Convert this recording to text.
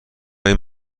این